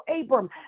Abram